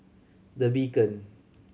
The Beacon